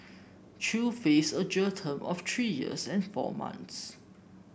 chew face a jail term of three years and four months